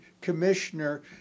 commissioner